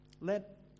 let